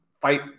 fight